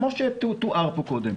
כמו שתואר פה קודם.